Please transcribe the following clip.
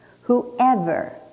whoever